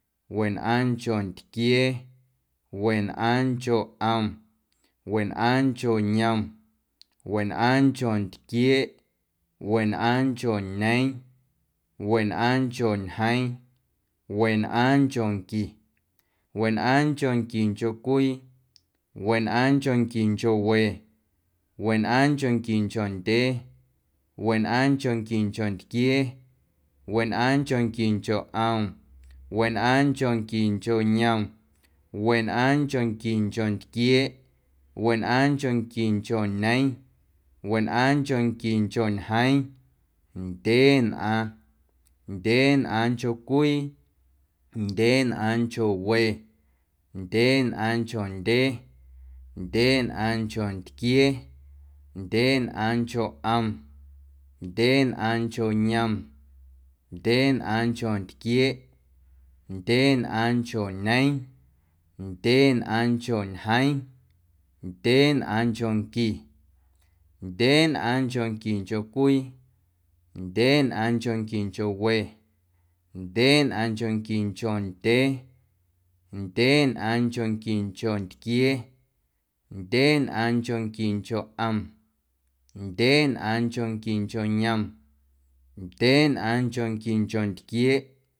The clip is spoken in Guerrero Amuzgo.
Wenꞌaaⁿncho ntquiee, wenꞌaaⁿncho ꞌom, wenꞌaaⁿncho yom, wenꞌaaⁿncho ntquieeꞌ, wenꞌaaⁿncho ñeeⁿ, wenꞌaaⁿncho ñjeeⁿ, wenꞌaaⁿnchonqui, wenꞌaaⁿnchonquincho cwii, wenꞌaaⁿnchonquincho we, wenꞌaaⁿnchonquincho ndyee, wenꞌaaⁿnchonquincho ntquiee, wenꞌaaⁿnchonquincho ꞌom, wenꞌaaⁿnchonquincho yom, wenꞌaaⁿnchonquincho ntquieeꞌ, wenꞌaaⁿnchonquincho ñeeⁿ, wenꞌaaⁿnchonquincho ñjeeⁿ, ndyeenꞌaaⁿ, ndyeenꞌaaⁿncho cwii, ndyeenꞌaaⁿncho we, ndyeenꞌaaⁿncho ndyee, ndyeenꞌaaⁿncho ntquiee, ndyeenꞌaaⁿncho ꞌom, ndyeenꞌaaⁿncho yom, ndyeenꞌaaⁿncho tquieeꞌ, ndyeenꞌaaⁿncho ñeeⁿ ndyeenꞌaaⁿncho ñjeeⁿ, ndyeenꞌaaⁿnchonqui, ndyeenꞌaaⁿnchonquincho cwii, ndyeenꞌaaⁿnchonquincho we, ndyeenꞌaaⁿnchonquincho ndyee, ndyeenꞌaaⁿnchonquincho ntquiee, ndyeenꞌaaⁿnchonquincho ꞌom, ndyeenꞌaaⁿnchonquincho yom, ndyeenꞌaaⁿnchonquincho ntquieeꞌ,